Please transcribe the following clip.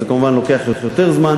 אז זה כמובן לוקח יותר זמן.